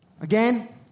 Again